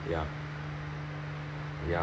ya ya